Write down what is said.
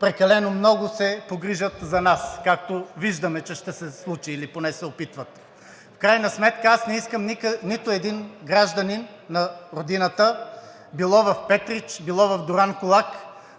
прекалено много се погрижат за нас, както виждаме, че се случи или поне се опитват. В крайна сметка аз не искам нито един гражданин на Родината – било в Петрич, било в Дуранкулак,